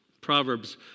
Proverbs